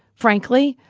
frankly,